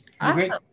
awesome